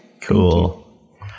Cool